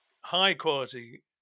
high-quality